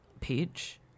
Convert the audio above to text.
page